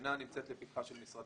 שאינה נמצאת לפתחו של משרד